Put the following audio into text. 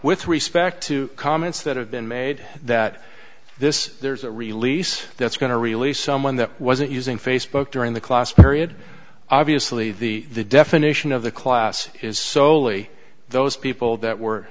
with respect to comments that have been made that this there's a release that's going to release someone that wasn't using facebook during the class period obviously the definition of the class is solely those people that were